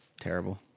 Terrible